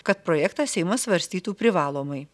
kad projektą seimas svarstytų privalomai